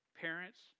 Parents